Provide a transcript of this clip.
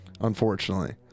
Unfortunately